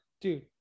Dude